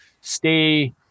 stay